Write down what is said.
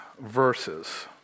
verses